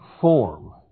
form